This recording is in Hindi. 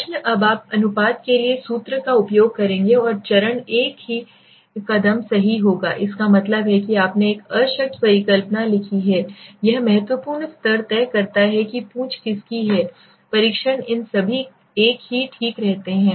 प्रश्न अब आप अनुपात के लिए सूत्र का उपयोग करेंगे और चरण एक ही कदम सही होगा इसका मतलब है कि आपने एक अशक्त परिकल्पना लिखी है यह महत्वपूर्ण स्तर तय करता है कि पूंछ किसकी है परीक्षण इन सभी एक ही ठीक रहते हैं